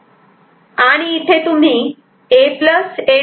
आणि इथे तुम्ही A A'